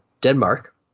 Denmark